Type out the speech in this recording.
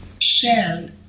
Shell